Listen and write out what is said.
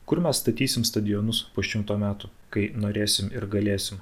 kur mes statysim stadionus po šimto metų kai norėsim ir galėsim